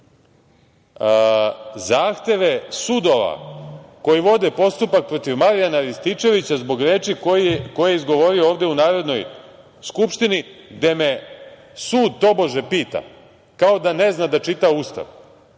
zahteve sudova koji vode postupak protiv Marijana Rističevića zbog reči koje je izgovorio ovde u Narodnoj skupštini, a gde me sud, tobože, pita, kao da ne zna da čita Ustav,